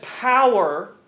power